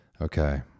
Okay